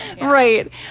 Right